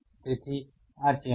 તેથી આ ચેનલ